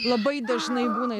labai dažnai būna